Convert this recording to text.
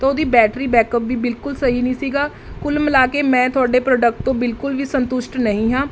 ਤਾਂ ਉਹਦੀ battery backup ਵੀ ਬਿਲਕੁਲ ਸਹੀ ਨਹੀਂ ਸੀਗਾ ਕੁੱਲ ਮਿਲਾ ਕੇ ਮੈਂ ਤੁਹਾਡੇ ਪ੍ਰੋਡਕਟ ਤੋਂ ਬਿਲਕੁਲ ਵੀ ਸੰਤੁਸ਼ਟ ਨਹੀ ਹਾਂ